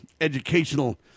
educational